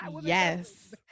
yes